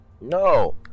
No